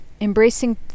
Embracing